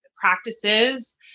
practices